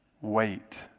wait